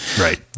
right